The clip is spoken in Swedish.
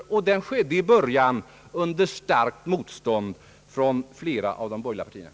Denna ökning mötte i början starkt motstånd från flera håll inom de borgerliga partierna.